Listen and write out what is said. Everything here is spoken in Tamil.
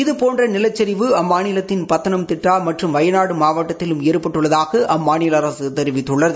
இதுபோன்ற நிலச்சிவு அம்மாநிலத்தின் பத்தனம்திட்டா மற்றும் வயநாடு மாவட்த்திலும் ஏற்பட்டுள்ளதாக அம்மாநில அரசு தெரிவித்துள்ளது